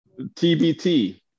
TBT